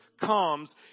comes